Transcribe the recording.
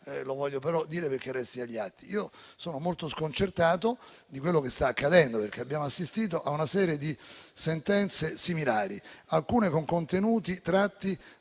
mi ero prefissato affinché resti agli atti. Sono molto sconcertato da quello che sta accadendo. Abbiamo assistito a una serie di sentenze similari, alcune con contenuti tratti